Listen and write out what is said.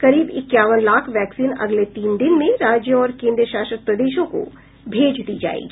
करीब इक्यावन लाख वैक्सीन अगले तीन दिन में राज्यों और केन्द्रशासित प्रदेशों को भेज दी जाएगी